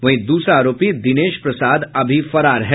वहीं दूसरा आरोपी दिनेश प्रसाद अभी फरार है